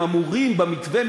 והם אמורים במתווה,